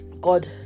God